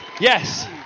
Yes